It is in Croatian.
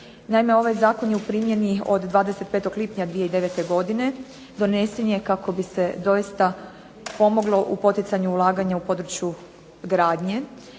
Naime ovaj zakon je u primjeni od 25. lipnja 2009. godine. Donesen je kako bi se doista pomoglo u poticanju ulaganja u području gradnje,